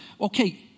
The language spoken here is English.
okay